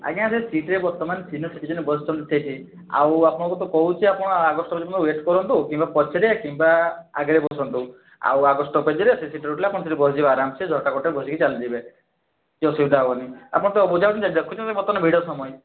ଆଜ୍ଞା ସେ ସିଟରେ ବର୍ତ୍ତମାନ ସିନିୟର ସିଟିଜେନ୍ ବସିଛନ୍ତି ଆଉ ଆପଣଙ୍କୁ ତ କହୁଛି ଆପଣ ଆଗ ଷ୍ଟପ୍ ପର୍ଯ୍ୟନ୍ତ ୱେଟ୍ କରନ୍ତୁ କିମ୍ବା ପଛରେ କିମ୍ବା ଆଗରେ ବସନ୍ତୁ ଆଉ ଆଗ ଷ୍ଟପେଜରେ ସେ ସିଟ୍ରୁ ଉଠିଲେ ଆପଣ ସେଇଠି ବସିଯିବେ ଆରାମ ସେ ଝରକା ପଟେ ବସିକି ଚାଲିଯିବେ କିଛି ଅସୁବିଧା ହେବନି ଆପଣ ତ ଅବୁଝା ହେଉଛନ୍ତି ଦେଖୁଛନ୍ତି ତ ବର୍ତ୍ତମାନ ଭିଡ଼ ସମୟ